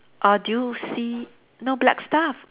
or do you see no black stuff